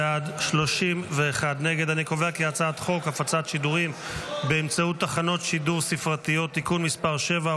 חוק הפצת שידורים באמצעות תחנות שידור ספרתיות (תיקון מס' 7,